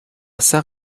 sœur